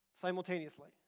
simultaneously